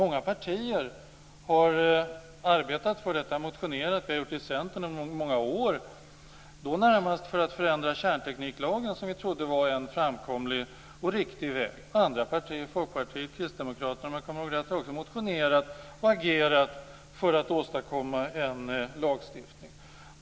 Många partier har arbetat för detta och motionerat. Vi har gjort det i Centern under många år. Då har det närmast varit för att förändra kärntekniklagen. Det trodde vi var en framkomlig och riktig väg. Andra partier - Folkpartiet och Kristdemokraterna om jag kommer ihåg rätt - har också motionerat och agerat för att åstadkomma en lagstiftning.